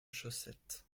chaussettes